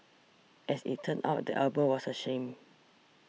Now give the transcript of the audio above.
as it turn out the album was a sham